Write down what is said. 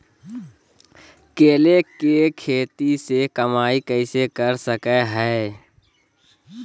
केले के खेती से कमाई कैसे कर सकय हयय?